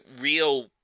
real